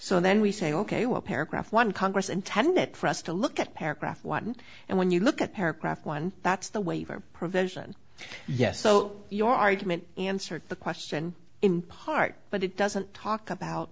so then we say ok well paragraph one congress intended for us to look at paragraph one and when you look at paragraph one that's the waiver provision yes so your argument answered the question in part but it doesn't talk about